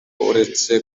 uretse